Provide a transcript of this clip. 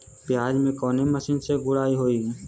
प्याज में कवने मशीन से गुड़ाई होई?